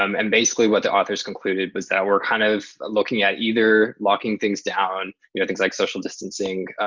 um and basically what the authors concluded was that we're kind of looking at either locking things down, you know things like social distancing,